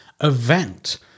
event